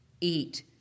Eat